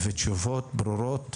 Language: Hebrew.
ותשובות ברורות,